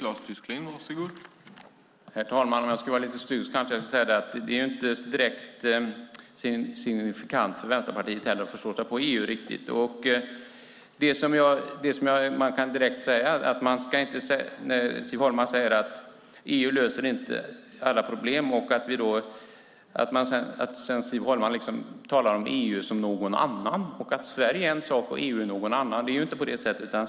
Herr talman! Om jag ska vara lite stygg kanske jag får säga att det inte direkt är signifikant för Vänsterpartiet att förstå sig på EU. Siv Holma säger att EU inte löser alla problem och talar om EU som någon annan - Sverige är en sak och EU är någon annan. Men det är ju inte på det sättet.